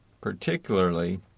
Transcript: particularly